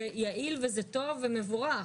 זה יעיל וזה טוב ומבורך.